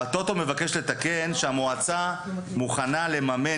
הטוטו מבקש לתקן שהמועצה מוכנה לממן